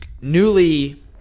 newly